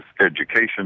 education